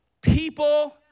people